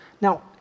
Now